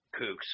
kooks